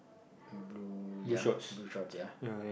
blue ya blue shorts ya